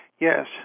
Yes